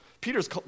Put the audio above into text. Peter's